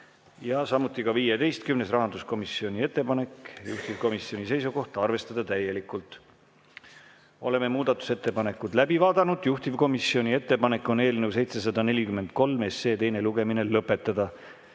Ja ka 15. on rahanduskomisjoni ettepanek, juhtivkomisjoni seisukoht on arvestada täielikult. Oleme muudatusettepanekud läbi vaadanud. Juhtivkomisjoni ettepanek on eelnõu 743 teine lugemine lõpetada.